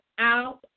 out